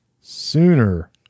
sooner